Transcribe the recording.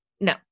No